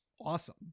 awesome